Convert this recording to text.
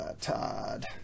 todd